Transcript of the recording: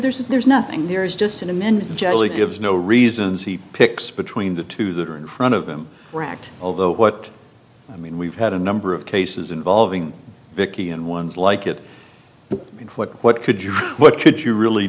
there's there's nothing there is just an amendment generally gives no reasons he picks between the two that are in front of them were act although what i mean we've had a number of cases involving vicki and ones like it and what what could you what could you really